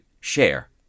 share